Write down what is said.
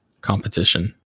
competition